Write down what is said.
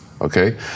okay